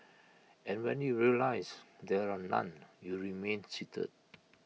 and when you realise there are none you remain seated